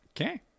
Okay